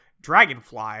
dragonfly